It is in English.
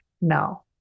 no